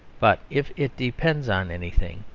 but if it depends on anything,